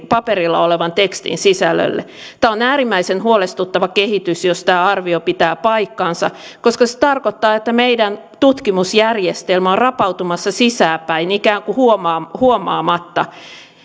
paperilla olevan tekstin sisällölle tämä on äärimmäisen huolestuttava kehitys jos tämä arvio pitää paikkansa koska se tarkoittaa että meidän tutkimusjärjestelmä on rapautumassa sisältäpäin ikään kuin huomaamatta